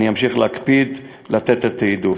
אני אמשיך להקפיד לתת את התעדוף.